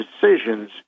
decisions